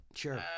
sure